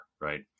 right